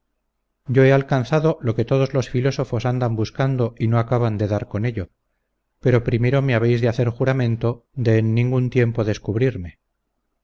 yo he alcanzado lo que todos los filósofos andan buscando y no acaban de dar con ello pero primero me habéis de hacer juramento de en ningún tiempo descubrirme